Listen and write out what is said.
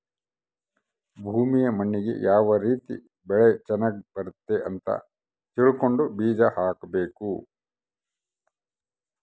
ಭೂಮಿಯ ಮಣ್ಣಿಗೆ ಯಾವ ರೀತಿ ಬೆಳೆ ಚನಗ್ ಬರುತ್ತೆ ಅಂತ ತಿಳ್ಕೊಂಡು ಬೀಜ ಹಾಕಬೇಕು